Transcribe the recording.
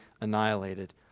annihilated